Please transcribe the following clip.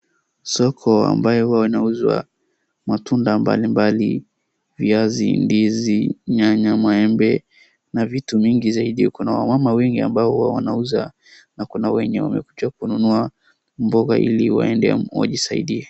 Soko ambaye huwa wanauza matunda mbalimbali viaazi, ndizi, nyanya, maembe na vitu mingi zaidi. Kuna wamama wengi ambao huwa wanauza na kuna wenye wamekuja kununua mboga ili waende wajisaidie.